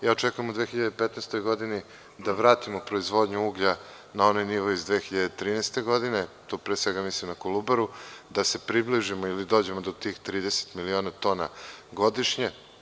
Očekujem u 2015. godini da vratimo proizvodnju uglja na onaj nivo iz 2013. godine, tu pre svega mislim da Kolubaru, da se približimo ili dođemo do tih 30 miliona tona godišnje.